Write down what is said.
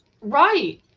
right